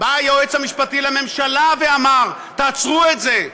בא היועץ המשפטי לממשלה ואמר: תעצרו את זה.